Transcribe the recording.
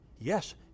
Yes